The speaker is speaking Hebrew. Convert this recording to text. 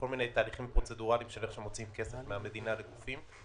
כל מיני תהליכים פרוצדורליים איך מוציאים כסף מן המדינה לגופים.